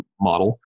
model